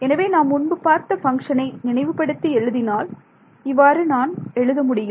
எனவே நாம் முன்பு பார்த்த பங்ஷனை நினைவுபடுத்தி எழுதினால் இவ்வாறு நான் எழுத முடியும்